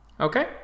Okay